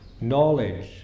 knowledge